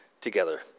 together